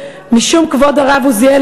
משום כבוד הרב עוזיאל,